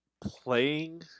playing